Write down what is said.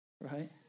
right